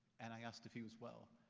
and i asked if he was well.